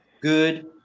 Good